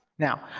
now,